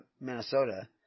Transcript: Minnesota